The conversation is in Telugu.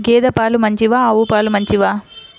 గేద పాలు మంచివా ఆవు పాలు మంచివా?